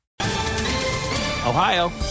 Ohio